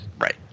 right